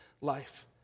life